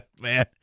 man